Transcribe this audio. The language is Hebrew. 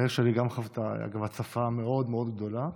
העיר שלי גם חוותה הצפה מאוד מאוד גדולה,